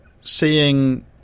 seeing –